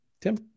tim